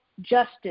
Justice